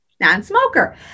non-smoker